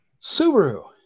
Subaru